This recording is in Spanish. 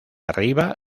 arriba